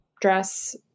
dress